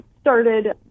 started